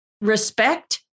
respect